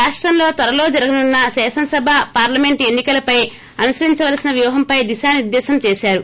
రాష్టంలో త్వరలో జరగనున్న శాసనసభ పార్లమెంట్ ఎన్ని కలపై అనుసరించవలసిన వ్యూహంపై దీశానిర్దేశం చేశారు